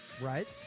Right